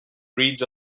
breeds